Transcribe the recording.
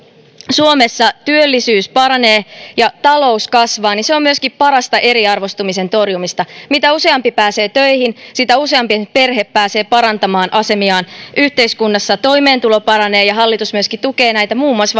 suomessa työllisyys paranee ja talous kasvaa se on myöskin parasta eriarvoistumisen torjumista mitä useampi pääsee töihin sitä useampi perhe pääsee parantamaan asemiaan yhteiskunnassa ja toimeentulo paranee ja hallitus myöskin tukee näitä muun muassa